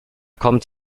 kommt